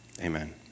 Amen